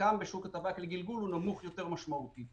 שחלקם בשוק הטבק לגלגול נמוך יותר משמעותית.